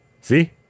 See